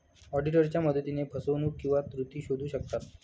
ऑडिटरच्या मदतीने फसवणूक किंवा त्रुटी शोधू शकतात